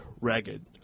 ragged